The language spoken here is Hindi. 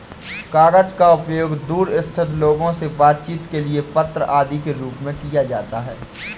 कागज का उपयोग दूर स्थित लोगों से बातचीत के लिए पत्र आदि के रूप में किया जाता है